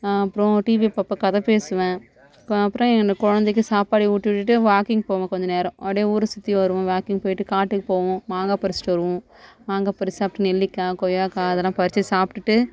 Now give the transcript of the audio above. அப்புறோம் டிவி பார்பேன் கதை பேசுவேன் அப்புறம் என்னோடய குழந்தைக்கு சாப்பாடு ஊட்டி விட்டுட்டே வாக்கிங் போவேன் கொஞ்ச நேரம் அப்டே ஊரை சுற்றி வருவோம் வாக்கிங் போய்கிட்டு காட்டுக்கு போவோம் மாங்காய் பறித்துட்டு வருவோம் மாங்காய் பறித்து சாப்பிட்டு நெல்லிக்காய் கொய்யாக்காய் அதெல்லாம் பறித்து சாப்பிடுட்டு